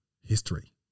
history